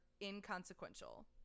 inconsequential